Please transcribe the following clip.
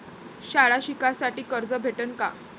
शाळा शिकासाठी कर्ज भेटन का?